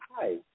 Hi